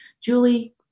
Julie